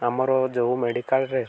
ଆମର ଯେଉଁ ମେଡ଼ିକାଲ୍ରେ